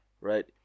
right